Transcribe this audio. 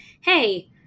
hey